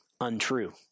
untrue